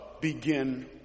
begin